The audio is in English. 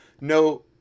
no